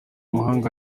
amahanga